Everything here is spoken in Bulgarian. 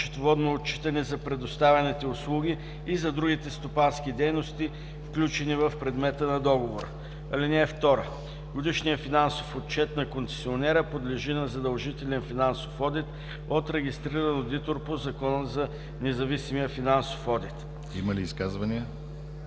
Има ли изказвания?